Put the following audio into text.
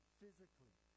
physically